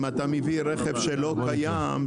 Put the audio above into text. אם אתה מביא רכב שלא קיים,